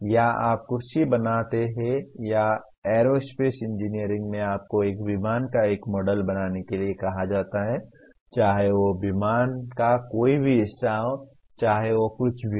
या आप कुर्सी बनाते हैं या एयरोस्पेस इंजीनियरिंग में आपको एक विमान का एक मॉडल बनाने के लिए कहा जाता है चाहे वह विमान का कोई भी हिस्सा हो चाहे वह कुछ भी हो